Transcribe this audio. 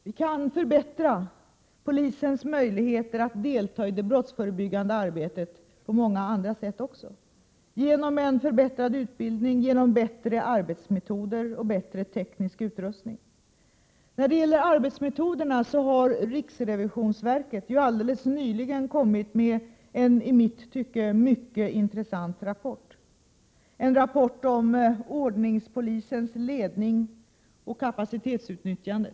Vi kan förbättra polisens möjligheter att delta i det brottsförebyggande arbetet på många andra sätt också: Genom en förbättrad utbildning, genom bättre arbetsmetoder och bättre teknisk utrustning. När det gäller arbetsmetoderna har riksrevisionsverket alldeles nyligen lagt fram en i mitt tycke mycket intressant rapport om ordningspolisens ledning och kapacitetsutnyttjande.